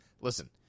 listen